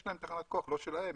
יש להם תחנת כוח לא שלהם,